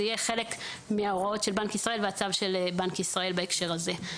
יהיה חלק מההוראות של בנק ישראל והצו של בנק ישראל בהקשר הזה.